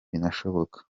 binashoboka